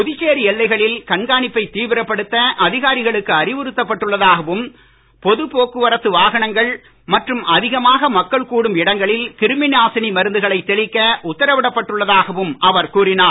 புதுச்சேரி எல்லைகளில் கண்காணிப்பைத் தீவிரப்படுத்த அதிகாரிகளுக்கு அறிவுறுத்தப் பட்டுள்ளதாகவும் பொதுப் போக்குவரத்து வாகனங்கள் மற்றும் அதிகமாக மக்கள் கூடும் இடங்களில் கிரிமி நாசினி மருந்துகளை தெளிக்க உத்தரவிடப் பட்டுள்ளதாகவம் அவர் கூறினார்